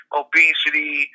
obesity